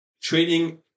Trading